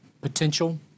potential